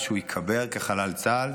ושהוא ייקבר כחלל צה"ל.